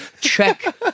Check